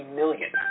million